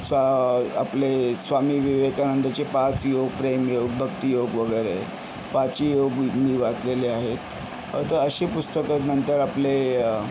स आपले स्वामी विवेकानंद चे पाच योग प्रेम योग भक्ति योग वगरे पाची योग म मी वाचलेले आहेत तर असे पुस्तकं नंतर आपले